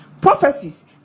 prophecies